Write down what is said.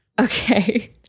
okay